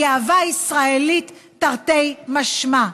גאווה ישראלית תרתי משמע.